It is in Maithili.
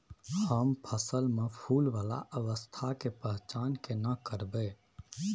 हम फसल में फुल वाला अवस्था के पहचान केना करबै?